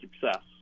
success